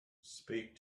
speak